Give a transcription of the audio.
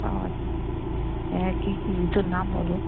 সব আছে হ্যাঁ কী কী জুতোর নাম বলো